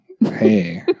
hey